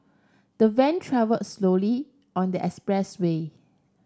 the van travelled slowly on the expressway